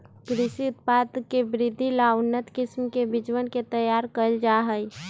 कृषि उत्पाद के वृद्धि ला उन्नत किस्म के बीजवन के तैयार कइल जाहई